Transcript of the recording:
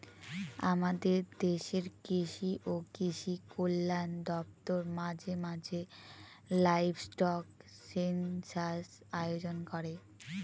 আমাদের দেশের কৃষি ও কৃষি কল্যাণ দপ্তর মাঝে মাঝে লাইভস্টক সেনসাস আয়োজন করে